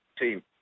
team